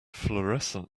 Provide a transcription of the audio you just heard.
florescent